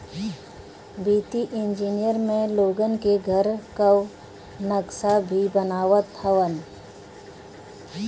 वित्तीय इंजनियर में लोगन के घर कअ नक्सा भी बनावत हवन